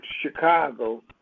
Chicago